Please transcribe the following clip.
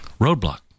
Roadblock